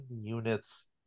units